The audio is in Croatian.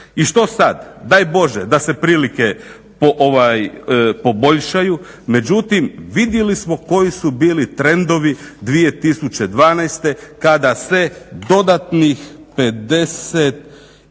I što sada? daj Bože da se prilike poboljšaju, međutim vidjeli smo koji su bili trendovi 2012.kada se dodatnih 54,4